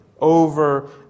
Over